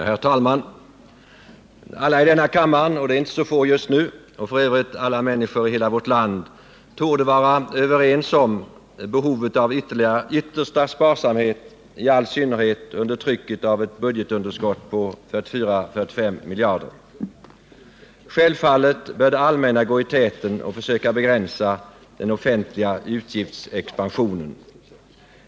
Herr talman! Alla i denna kammare — det är inte så få just nu — och f. ö. alla människor i hela vårt land torde vara överens om behovet av yttersta sparsamhet i all synnerhet under trycket av ett budgetunderskott på 44—45 miljarder. Självfallet bör det allmänna gå i täten och försöka begränsa den offentliga utgiftsexpansionen.